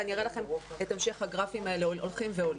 ואני אראה לכם את המשך הגרפים האלה הולכים ועולים.